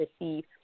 receive